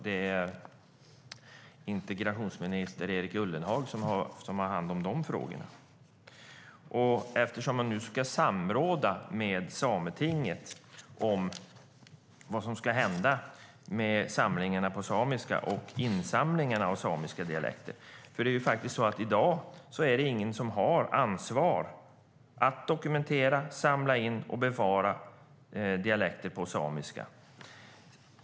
Det är alltså integrationsminister Erik Ullenhag som har hand om de frågorna. Man ska nu samråda med sametinget om vad som ska hända med samlingarna och insamlingen av samiska dialekter. I dag är det ingen som har ansvar för att dokumentera, samla in och bevara dialekter på samiska.